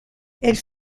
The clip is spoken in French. elle